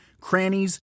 crannies